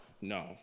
No